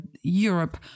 Europe